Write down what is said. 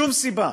שום סיבה,